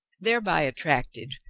thereby attracted,